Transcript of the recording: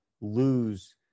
lose